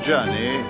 journey